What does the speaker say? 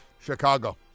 Chicago